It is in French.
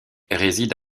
réside